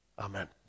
Amen